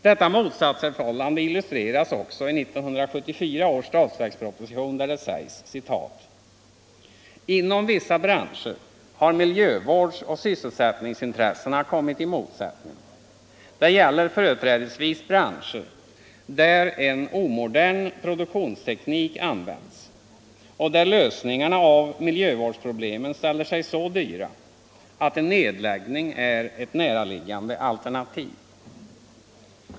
Detta motsatsförhållande illustreras också i 1974 års statsverksproposition, där det sägs: ”Inom vissa branscher har miljövårdsoch sysselsättningsintressena kommit i motsättning. Det gäller företrädesvis branscher där en omodern produktionsteknik används och där lösningarna av miljövårdsproblemen ställer sig så dyra att en nedläggning är ett näraliggande alternativ.